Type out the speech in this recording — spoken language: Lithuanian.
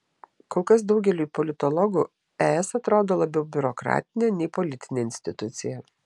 kol kas daugeliui politologų es atrodo labiau biurokratinė nei politinė institucija